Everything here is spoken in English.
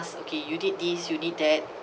ask okay you need this you need that